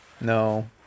No